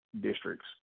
districts